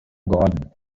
gordon